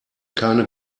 keine